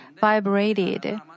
vibrated